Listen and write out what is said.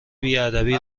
بیادبی